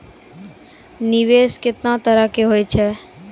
निवेश केतना तरह के होय छै?